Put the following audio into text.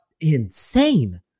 insane